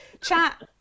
chat